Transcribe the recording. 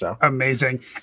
Amazing